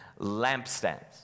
lampstands